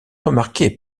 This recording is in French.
remarquée